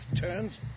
turns